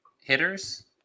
hitters